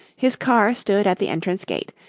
his car stood at the entrance gate,